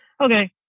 Okay